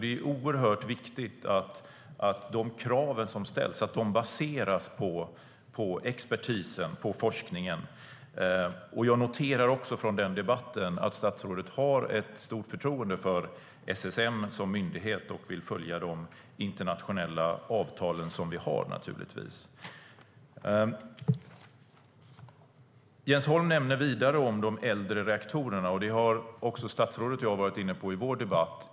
Det är oerhört viktigt att de krav som ställs baseras på expertisen och forskningen. Jag noterar också från den tidigare interpellationsdebatten att statsrådet har ett stort förtroende för SSM som myndighet och vill följa de internationella avtal vi har. Jens Holm nämner vidare de äldre reaktorerna. Detta har också statsrådet och jag varit inne på i vår debatt.